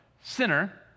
sinner